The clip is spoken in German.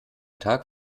tag